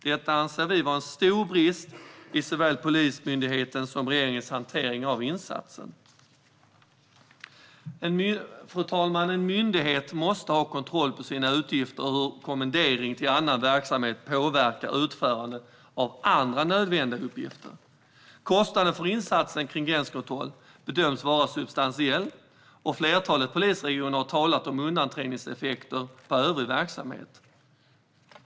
Detta anser vi vara en stor brist i såväl Polismyndighetens som regeringens hantering av insatsen. Fru talman! En myndighet måste ha kontroll på sina utgifter och hur kommendering till annan verksamhet påverkar utförandet av andra nödvändiga uppgifter. Kostnaden för insatsen kring gränskontroll bedöms vara substantiell, och flertalet polisregioner har talat om undanträngningseffekter på övrig verksamhet.